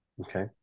okay